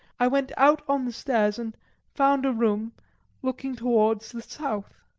i went out on the stairs, and found a room looking towards the south.